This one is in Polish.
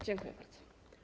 Dziękuję bardzo.